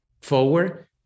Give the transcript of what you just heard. forward